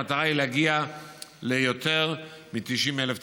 המטרה היא להגיע ליותר מ-90,000 תלמידים,